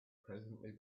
presently